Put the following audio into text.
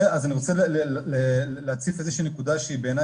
אז אני רוצה להציף איזה נקודה שבעיניי